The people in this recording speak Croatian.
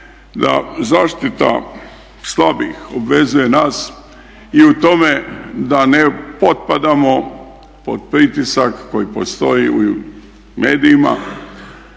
da zaštita slabijih obvezuje nas i u tome da ne potpadamo pod pritisak koji postoji u medijima